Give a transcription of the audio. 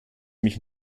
mich